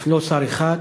אף לא שר אחד,